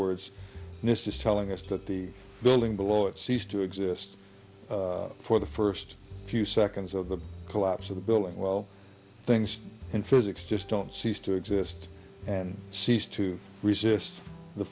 words nist is telling us that the building below it ceased to exist for the first few seconds of the collapse of the building well things in physics just don't cease to exist and cease to resist the